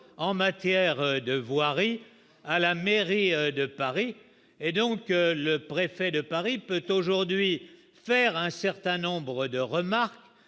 en matière de voirie à la mairie de Paris et donc le préfet de Paris peut aujourd'hui faire un certain nombre de remarques